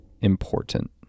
important